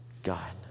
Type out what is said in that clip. God